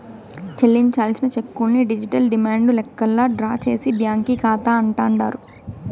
చెల్లించాల్సిన చెక్కుల్ని digital demand లెక్కల్లా డ్రా చేసే బ్యాంకీ కాతా అంటాండారు